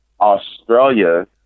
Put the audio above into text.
Australia